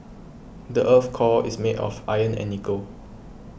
the earth's core is made of iron and nickel